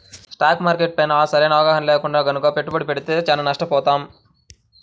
stock market పైన సరైన అవగాహన లేకుండా గనక పెట్టుబడి పెడితే చానా నష్టపోతాం